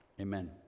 Amen